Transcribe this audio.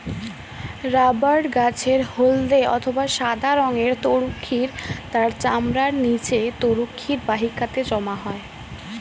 rubber গাছের হল্দে অথবা সাদা রঙের তরুক্ষীর তার চামড়ার নিচে তরুক্ষীর বাহিকাতে জমা হয়